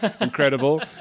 incredible